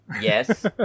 yes